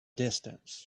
distance